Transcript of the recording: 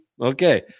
Okay